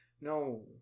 no